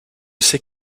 sais